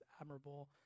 admirable